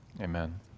Amen